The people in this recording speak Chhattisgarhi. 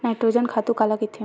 नाइट्रोजन खातु काला कहिथे?